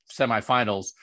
semifinals